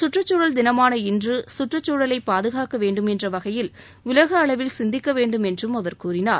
கற்றுச் சூழல் தினமான இன்று கற்றுச் சூழலை பாதுகாக்க வேண்டும் என்ற வகையில் உலக அளவில் சிந்திக்க வேண்டும் என்றும் அவர் கூறினார்